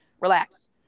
Relax